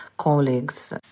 colleagues